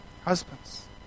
Husbands